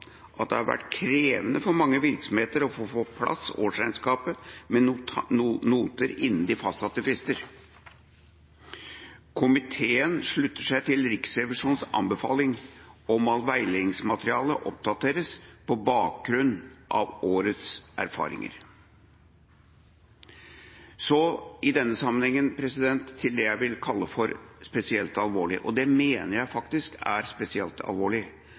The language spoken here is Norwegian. at det har vært krevende for mange virksomheter å få på plass et årsregnskap med noter innen de fastsatte frister. Komiteen slutter seg til Riksrevisjonens anbefaling om at veiledningsmaterialet oppdateres på bakgrunn av årets erfaringer. Så til det jeg i denne sammenhengen vil kalle spesielt alvorlig, og det mener jeg faktisk er spesielt alvorlig.